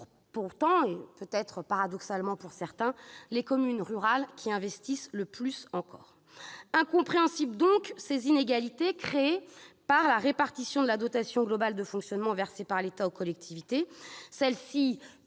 même si c'est peut-être un paradoxe pour certains, ce sont les communes rurales qui investissent le plus ! Incompréhensibles donc les inégalités créées par la répartition de la dotation globale de fonctionnement versée par l'État aux collectivités, qui